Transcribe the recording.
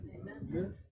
Amen